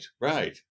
right